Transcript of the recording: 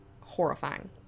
horrifying